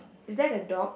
is that a dog